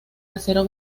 acero